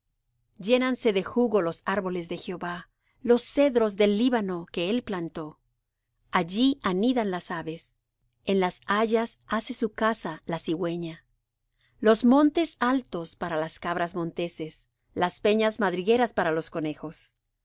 llénanse de jugo los árboles de jehová los cedros del líbano que él plantó allí anidan las aves en las hayas hace su casa la cigüeña los montes altos para las cabras monteses las peñas madrigueras para los conejos